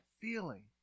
feeling